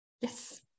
Yes